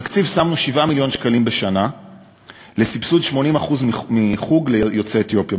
בתקציב שמו 7 מיליון לשנה לסבסוד 80% מחוג ליוצאי אתיופיה,